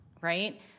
right